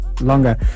longer